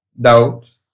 Doubt